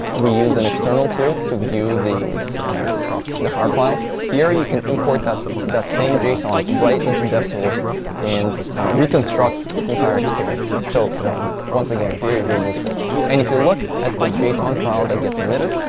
we use an external tool to view the the har file. here you can import that same json right into devtools and reconstruct this entire experience, so once again very, very useful. and if you look at the json file that gets emitted,